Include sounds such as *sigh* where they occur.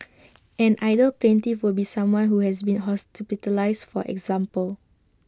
*noise* an ideal plaintiff would be someone who has been hospitalised for example